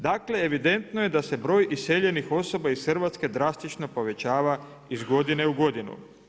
Dakle, evidentno je da se broj iseljenih osoba iz Hrvatske drastično povećava iz godine u godinu.